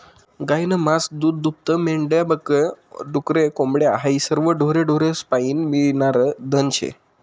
गायनं मास, दूधदूभतं, मेंढ्या बक या, डुकरे, कोंबड्या हायी सरवं ढोरे ढाकरेस्पाईन मियनारं धन शे